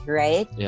right